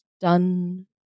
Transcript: done